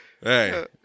hey